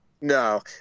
no